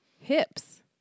hips